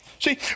See